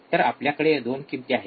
तर आपल्याकडे २ किमती आहेत ठीक